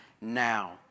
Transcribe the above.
now